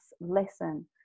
listen